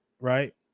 right